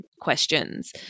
questions